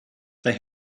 they